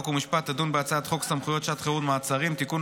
חוק ומשפט תדון בהצעת חוק סמכויות שעת חירום (מעצרים) (תיקון,